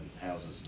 houses